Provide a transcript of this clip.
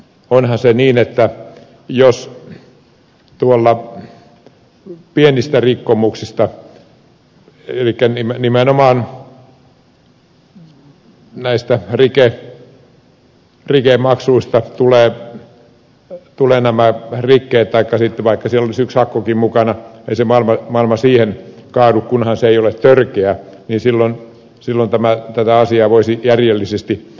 onhan se niin että jos tuolla pienistä rikkomuksista elikkä nimenomaan näistä rikemaksuista tulevat nämä rikkeet taikka jos sitten vaikka siellä olisi yksi akkukin mukana niin ei se maailma siihen kaadu kunhan se teko ei ole törkeä silloin tätä asiaa voisi järjellisesti tarkastella